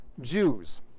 Jews